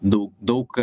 daug daug